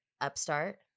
upstart